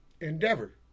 endeavor